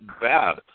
bad